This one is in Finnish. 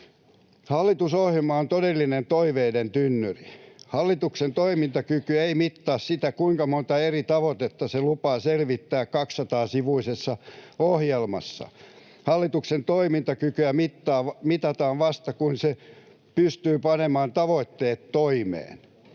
Hallitusohjelma on todellinen toiveiden tynnyri. Hallituksen toimintakykyä ei mittaa se, kuinka monta eri tavoitetta se lupaa selvittää 200-sivuisessa ohjelmassaan. Hallituksen toimintakykyä mitataan vasta, kun se pystyy panemaan tavoitteet toimeen,